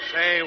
Say